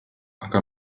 aga